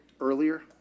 earlier